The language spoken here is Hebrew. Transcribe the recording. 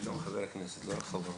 יש גם חבר כנסת, לא רק חברות.